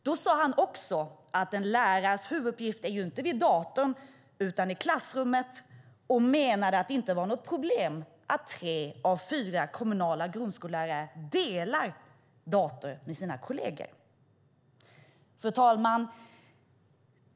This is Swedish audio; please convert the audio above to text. Då sade han också att en lärares huvuduppgift inte är vid datorn utan i klassrummet och menade att det inte var något problem att tre av fyra kommunala grundskollärare delar dator med sina kolleger. Fru talman!